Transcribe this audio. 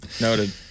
Noted